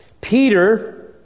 Peter